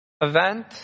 event